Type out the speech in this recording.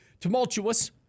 tumultuous